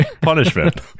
punishment